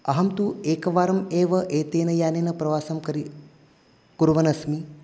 अहं तु एकवारम् एव एतेन यानेन प्रवासं करि कुर्वन्नस्मि